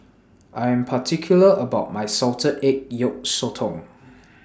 I Am particular about My Salted Egg Yolk Sotong